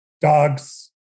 dogs